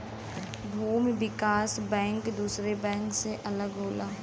भूमि विकास बैंक दुसरे बैंक से अलग होला